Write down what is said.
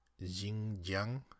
Xinjiang